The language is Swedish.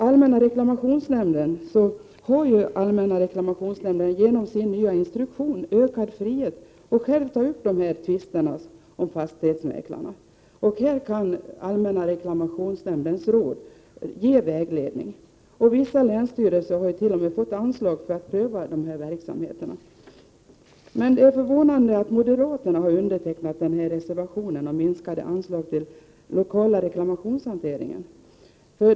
Allmänna reklamationsnämnden har genom sin nya instruktion fått ökad frihet att själv ta upp tvister om fastighetsmäklarna. Nämndens råd kan ge vägledning. Vissa länsstyrelser har t.o.m. fått anslag för provverksamhet. Det är förvånande att moderaterna har undertecknat reservationen om minskade anslag till den lokala reklamationshanteringen.